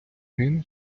гине